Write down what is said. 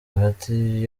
hagati